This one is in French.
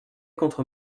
contre